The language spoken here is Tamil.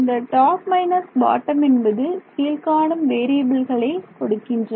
இந்த டாப் மைனஸ் பாட்டம் என்பது கீழ்காணும் வேறியபில்களை கொடுக்கின்றன